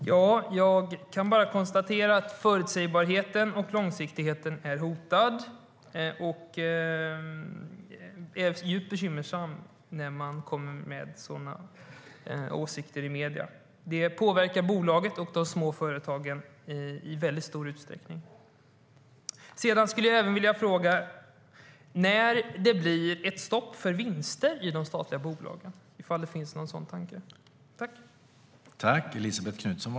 Herr talman! Jag kan bara konstatera att förutsägbarheten och långsiktigheten är hotad. Det är djupt bekymmersamt när man uttrycker sådana åsikter i media. Det påverkar bolaget och de små företagen i väldigt stor utsträckning.